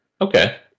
Okay